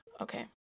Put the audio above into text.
Okay